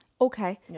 Okay